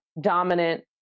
dominant